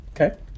Okay